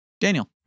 Daniel